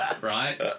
right